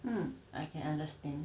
mm I can understand